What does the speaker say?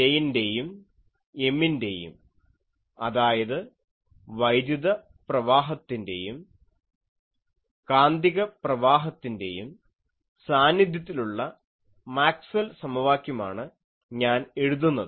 'J' ൻ്റെയും 'M' ൻ്റെയും അതായത് വൈദ്യുത പ്രവാഹത്തിൻ്റെയും കാന്തിക പ്രവാഹത്തിൻ്റെയും സാന്നിധ്യത്തിലുള്ള മാക്സ്വെൽ സമവാക്യമാണ് ഞാൻ എഴുതുന്നത്